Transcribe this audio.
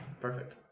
perfect